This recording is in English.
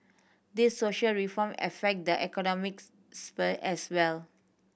these social reform affect the economics sphere as well